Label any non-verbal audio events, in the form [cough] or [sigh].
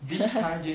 [laughs]